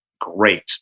great